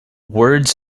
words